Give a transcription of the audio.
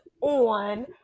on